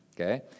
okay